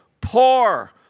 poor